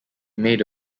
made